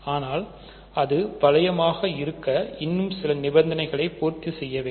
ஆனால் அது வளையமாக இருக்க இன்னும்சில நிபந்தனைகளை பூர்த்தி செய்ய வேண்டும்